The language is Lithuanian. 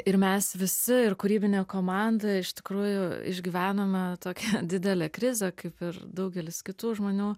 ir mes visi ir kūrybinė komanda iš tikrųjų išgyvenome tokią didelę krizę kaip ir daugelis kitų žmonių